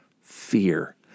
fear